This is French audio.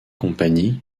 compagnies